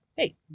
Hey